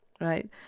right